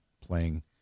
playing